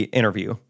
interview